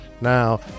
Now